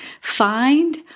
Find